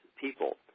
people